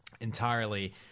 entirely